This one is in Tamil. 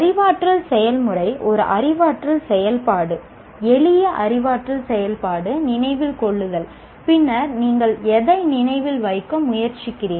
அறிவாற்றல் செயல்முறை ஒரு அறிவாற்றல் செயல்பாடு எளிய அறிவாற்றல் செயல்பாடு நினைவில் கொள்ளுதல் பின்னர் நீங்கள் எதை நினைவில் வைக்க முயற்சிக்கிறீர்கள்